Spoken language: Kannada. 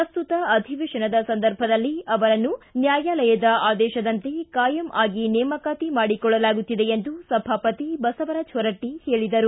ಪ್ರಸ್ತುತ ಅಧಿವೇಶನದ ಸಂದರ್ಭದಲ್ಲಿ ಅವರನ್ನು ನ್ಹಾಯಾಲಯದ ಆದೇಶದಂತೆ ಕಾಯಂ ಆಗಿ ನೇಮಕಾತಿ ಮಾಡಿಕೊಳ್ಳಲಾಗುತ್ತಿದೆ ಎಂದು ಸಭಾಪತಿ ಬಸವರಾಜ್ ಹೊರಟ್ಟಿ ಹೇಳಿದರು